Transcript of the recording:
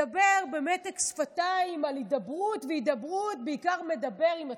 מדבר במתק שפתיים על הידברות והידברות ובעיקר מדבר עם עצמו.